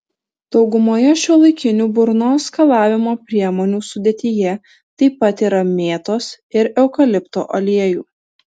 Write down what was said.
daugumoje šiuolaikinių burnos skalavimo priemonių sudėtyje taip pat yra mėtos ir eukalipto aliejų